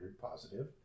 positive